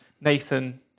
Nathan